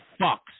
fucks